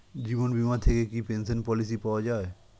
জীবন বীমা থেকে কি পেনশন পলিসি পাওয়া যায়?